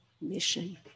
mission